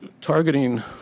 targeting